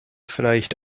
vielleicht